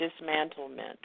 dismantlement